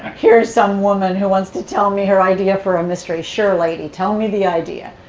here's some woman who wants to tell me her idea for a mystery. sure, lady, tell me the idea.